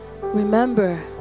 remember